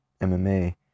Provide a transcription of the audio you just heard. MMA